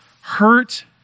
Hurt